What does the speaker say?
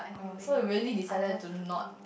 oh so you really decided to not